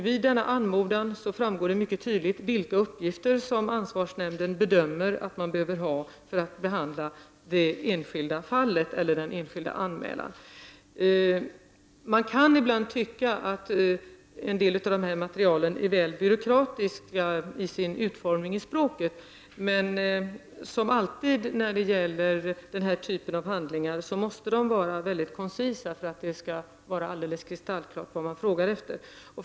Av denna anmodan framgår det mycket tydligt vilka uppgifter som ansvarsnämnden bedömer att den måste ha för att behandla det enskilda fallet eller anmälan. Man kan ibland tycka att en del av detta material har en väl byråkratisk utformning av språket. Men som alltid när det gäller den här typen av handlingar måste de vara mycket koncisa för att det skall vara alldeles kristallklart vad det är fråga om.